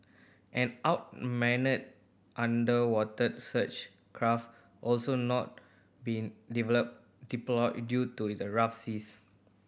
an unmanned underwater search craft also not been develop deployed due to the rough seas